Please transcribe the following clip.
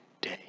day